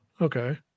Okay